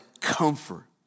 comfort